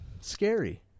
scary